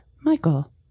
Michael